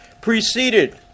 preceded